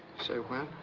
say when.